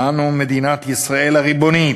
אנו, מדינת ישראל הריבונית,